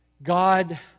God